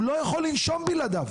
הוא לא יכול לנשום בלעדיו.